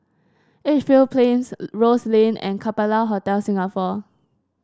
Edgefield Plains Rose Lane and Capella Hotel Singapore